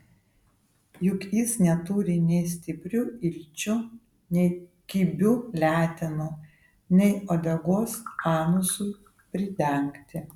juk jis neturi nei stiprių ilčių nei kibių letenų nei uodegos anusui pridengti